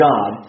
God